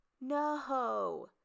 No